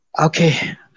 Okay